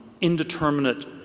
indeterminate